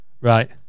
Right